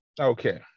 Okay